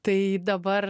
tai dabar